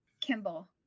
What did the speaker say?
Kimball